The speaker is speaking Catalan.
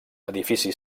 edifici